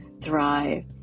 thrive